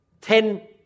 ten